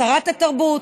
שרת התרבות,